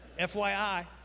FYI